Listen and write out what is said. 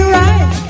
right